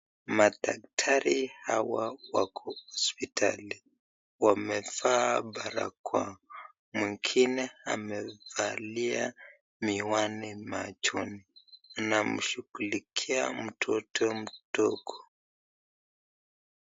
Madaktari hawa wako hospitali wamevaa barakoa mwingine amebalia miwani machoni. Anamshungulikia mtoto mdogo.